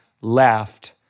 laughed